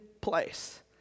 place